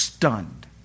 stunned